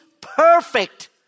perfect